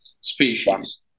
species